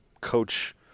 coach